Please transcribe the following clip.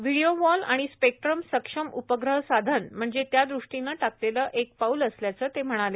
video wall आणि spectrum सक्षम उपग्रह साधन म्हणजे त्या दृष्टीनं टाकलेलं एक पाऊल असल्याचं ते म्हणाले